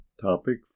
Topic